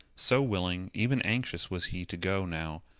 so willing, even anxious, was he to go now,